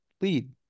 lead